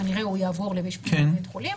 כנראה הוא יעבור לאשפוז בבית חולים,